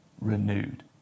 renewed